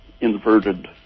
inverted